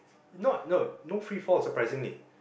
not no no free fall surprisingly